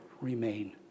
remain